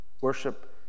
worship